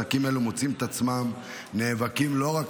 עסקים אלה מוצאים את עצמם נאבקים לא רק